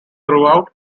throughout